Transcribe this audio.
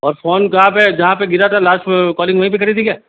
और फोन कहाँ पर जहाँ पर गिरा था लास्ट में कॉलिंग वहीं पर करी थी क्या